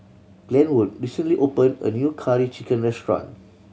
Glenwood recently opened a new Curry Chicken restaurant